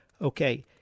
Okay